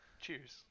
cheers